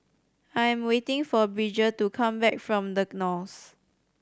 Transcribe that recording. I am waiting for Bridger to come back from The Knolls